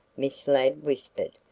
miss ladd whispered,